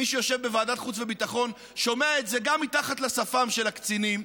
מי שיושב בוועדת חוץ וביטחון שומע את זה גם מתחת לשפם של הקצינים,